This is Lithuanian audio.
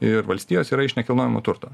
ir valstijos yra iš nekilnojamo turto